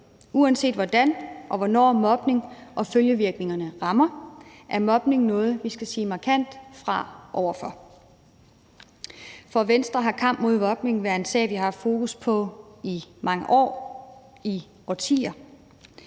Uanset hvordan og hvornår mobning og følgevirkningerne rammer, er mobning noget, vi markant skal sige fra over for. For Venstre har kamp mod mobning været en sag, vi har haft fokus på i mange år, i årtier,